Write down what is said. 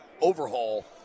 overhaul